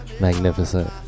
Magnificent